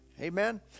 Amen